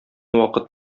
вакыт